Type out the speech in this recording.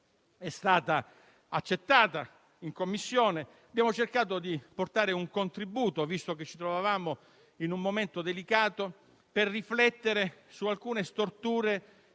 è stata accettata in Commissione. Noi abbiamo cercato di portare un contributo, visto che ci trovavamo in un momento delicato, per riflettere su alcune storture